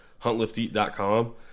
huntlifteat.com